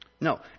No